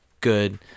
good